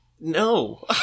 No